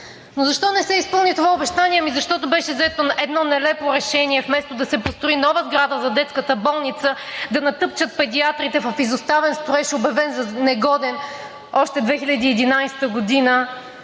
Но защо не се изпълни това обещание? Защото беше взето едно нелепо решение – вместо да се построи нова сграда за детската болница, да натъпчат педиатрите в изоставен строеж, обявен за негоден още 2011 г.,